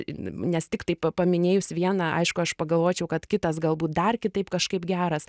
nes tiktai pa paminėjus vieną aišku aš pagalvočiau kad kitas galbūt dar kitaip kažkaip geras